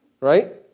Right